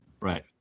Right